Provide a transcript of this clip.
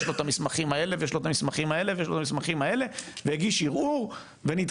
יש לו את המסמכים האלה ויש לו את אלה והגיש ערעור ונדחה,